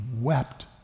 wept